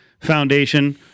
Foundation